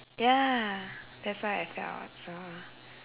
ya that's why I felt so